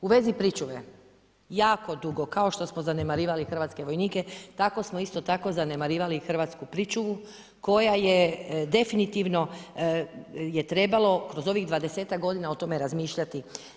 U vezi pričuva, jako dugo kao što smo zanemarivali hrvatske vojnike tako smo isto tako zanemarivali hrvatsku pričuvu koja je definitivno je trebalo kroz ovih dvadesetak godina o tome razmišljati.